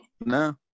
No